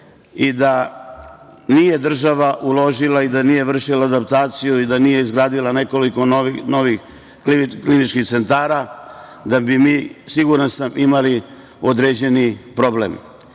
i da nije država uložila i da nije vršila adaptaciju ili da nije izgradila nekoliko novih kliničkih centara, da bi mi, siguran sam imali određeni problem. To